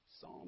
Psalm